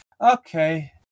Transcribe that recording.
okay